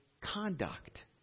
conduct